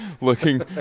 Looking